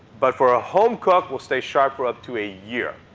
but for a home cook, will stay sharp for up to a year,